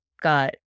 got